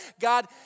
God